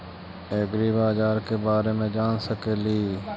ऐग्रिबाजार के बारे मे जान सकेली?